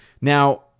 Now